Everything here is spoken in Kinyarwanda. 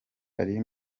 ari